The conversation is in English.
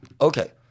Okay